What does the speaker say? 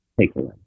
takeaway